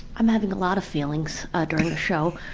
i'm having a lot of feelings ah during the show.